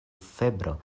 febro